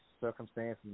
circumstances